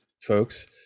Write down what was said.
folks